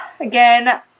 Again